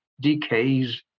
decays